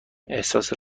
احساس